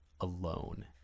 Alone